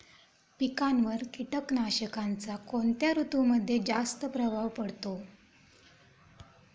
पिकांवर कीटकनाशकांचा कोणत्या ऋतूमध्ये जास्त प्रभाव पडतो?